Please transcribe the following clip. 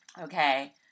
Okay